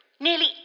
Nearly